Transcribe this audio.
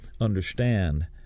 understand